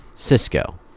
Cisco